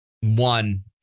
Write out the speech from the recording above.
One